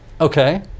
Okay